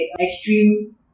extreme